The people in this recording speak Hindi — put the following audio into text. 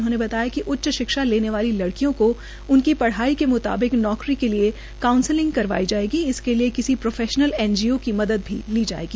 उन्होंने कहा कि उच्च शिक्षा लेने वाली लड़कियों को उनकी पढ़ाई के मुताविक नौकरी के लिए काउसलिंग करवाई जायेगी इसके िलए किसी प्रोफेशनल एनजीओ की मदद ली जायेगी